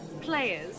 players